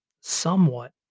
somewhat